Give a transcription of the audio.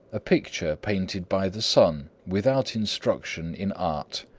a picture painted by the sun without instruction in art.